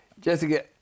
Jessica